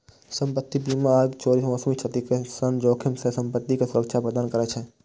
संपत्ति बीमा आगि, चोरी, मौसमी क्षति सन जोखिम सं संपत्ति कें सुरक्षा प्रदान करै छै